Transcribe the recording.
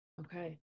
Okay